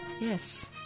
yes